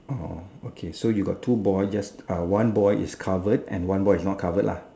orh okay so you got two boy just uh one boy is covered and one boy is not covered lah